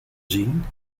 zien